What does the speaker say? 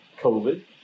COVID